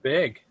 big